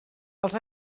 els